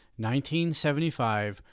1975